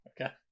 Okay